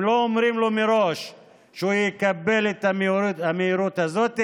הם לא אומרים לו מראש שהוא יקבל את המהירות הזאת,